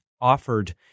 offered